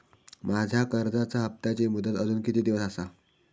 माझ्या कर्जाचा हप्ताची मुदत अजून किती दिवस असा?